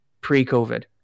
pre-COVID